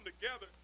together